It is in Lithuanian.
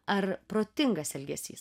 ar protingas elgesys